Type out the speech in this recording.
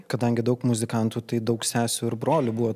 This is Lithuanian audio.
kadangi daug muzikantų tai daug sesių ir brolių buvo